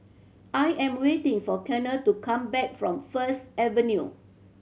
I am waiting for Conor to come back from First Avenue